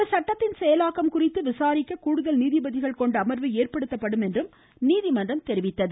இந்த சட்டத்தின் செயலாக்கம் குறித்து விசாரிக்க கூடுதல் நீதிபதிகள் கொண்ட அமர்வு ஏற்படுத்தப்படும் என்றும் நீதிமன்றம் தெரிவித்துள்ளது